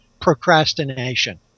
procrastination